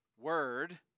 Word